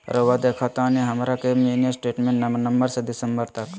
रहुआ देखतानी हमरा के मिनी स्टेटमेंट नवंबर से दिसंबर तक?